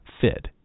fit